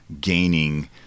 gaining